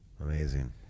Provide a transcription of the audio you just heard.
Amazing